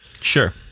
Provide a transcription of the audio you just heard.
Sure